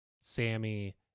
Sammy